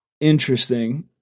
Interesting